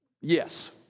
yes